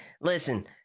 Listen